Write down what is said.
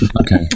Okay